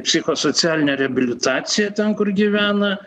psichosocialinę reabilitaciją ten kur gyvena